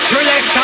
Relax